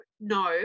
no